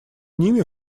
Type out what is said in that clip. ними